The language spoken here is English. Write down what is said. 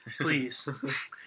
please